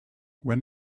when